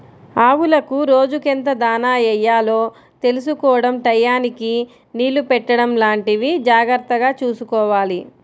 ఆవులకు రోజుకెంత దాణా యెయ్యాలో తెలుసుకోడం టైయ్యానికి నీళ్ళు పెట్టడం లాంటివి జాగర్తగా చూసుకోవాలి